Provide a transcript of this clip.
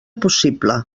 possible